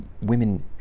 Women